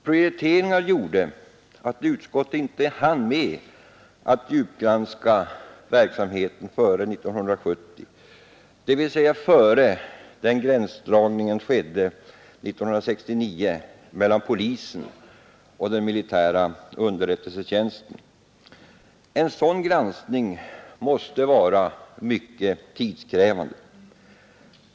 Prioriteringar gjorde att utskottet inte hann med att djupgranska verksamheten före 1970, dvs. före det gränsdragningen år 1969 skedde mellan polisen och den militära underrättelsetjänsten. En sådan granskning måste vara mycket tidskrävande.